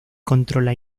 controla